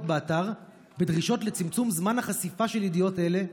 באתר ודרישות לצמצום זמן החשיפה של ידיעות אלה,